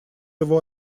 его